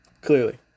Clearly